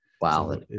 Wow